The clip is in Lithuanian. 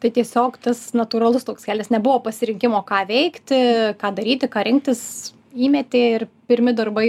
tai tiesiog tas natūralus toks kelias nebuvo pasirinkimo ką veikti ką daryti ką rinktis įmetė ir pirmi darbai